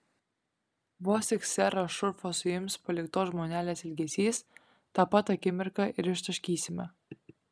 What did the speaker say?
vos tik serą šurfą suims paliktos žmonelės ilgesys tą pat akimirką ir ištaškysime